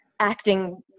acting